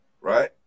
right